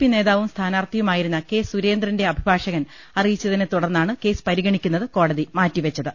P നേതാവും സ്ഥാനാർത്ഥിയുമായിരുന്ന K സുരേന്ദ്രന്റെ അഭിഭാഷകൻ അറിയിച്ചതിനെ തുടർന്നാണ് കേസ് പരിഗണിക്കുന്നത് കോടതി മാറ്റിവെച്ചത്